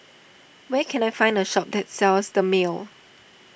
where can I find a shop that sells Dermale